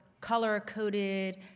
color-coded